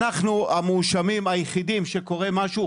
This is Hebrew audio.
אנחנו המואשמים היחידים שקורה משהו,